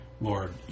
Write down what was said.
Lord